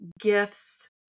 gifts